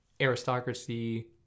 aristocracy